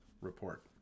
report